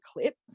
clip